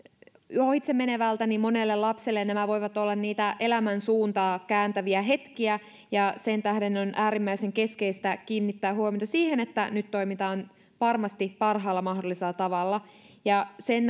ohitse menevältä niin monelle lapselle nämä voivat olla niitä elämän suuntaa kääntäviä hetkiä ja sen tähden on äärimmäisen keskeistä kiinnittää huomiota siihen että nyt toimitaan varmasti parhaalla mahdollisella tavalla sen